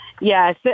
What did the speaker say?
Yes